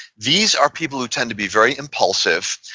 these are people who tend to be very impulsive,